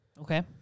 okay